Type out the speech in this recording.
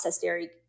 dairy